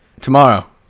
Tomorrow